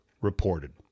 reported